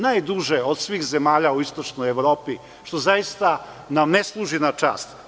Najduže od svih zemalja u istočnoj Evropi, što nam zaista ne služi na čast.